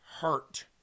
hurt